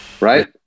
Right